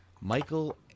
Michael